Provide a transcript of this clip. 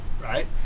right